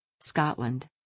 Scotland